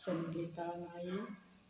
Sangeeta Naik